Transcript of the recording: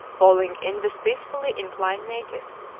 falling in with peacefully inclined natives.